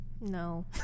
no